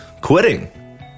quitting